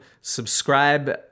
Subscribe